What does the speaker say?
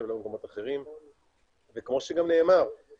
קבלת כל האישורים ועדיין אני מניחה שיש תקופת זמן